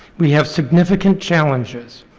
we have significant challenges.